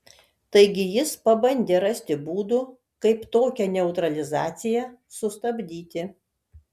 taigi jis pabandė rasti būdų kaip tokią neutralizaciją sustabdyti